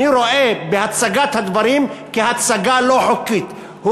אני רואה בהצגת הדברים הצגה לא חוקית.